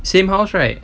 same house right